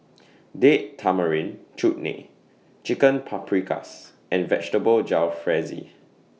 Date Tamarind Chutney Chicken Paprikas and Vegetable Jalfrezi